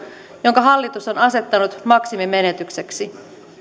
jonka hallitus on asettanut maksimimenetykseksi